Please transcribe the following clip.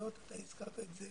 הסמכויות ואתה הזכרת את זה